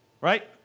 right